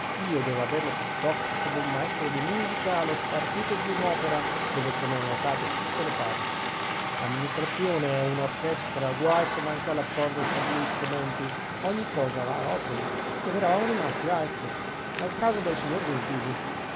io debbo averle sott'occhi come un maestro di musica ha lo spartito di un'opera dove sono notate tutte le parti l'amministrazione è un'orchestra guai se manca l'accordo fra due istrumenti ogni cosa va a rotoli dov'eravamo rimasti ah ecco al caso del signor gentili